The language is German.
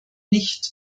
nicht